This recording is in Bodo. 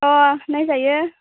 अ नायजायो